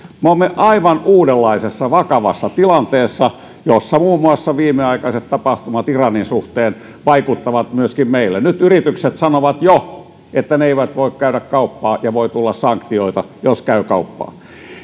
me olemme aivan uudenlaisessa vakavassa tilanteessa jossa muun muassa viimeaikaiset tapahtumat iranin suhteen vaikuttavat myöskin meillä nyt yritykset sanovat jo että ne eivät voi käydä kauppaa ja voi tulla sanktioita jos käy kauppaa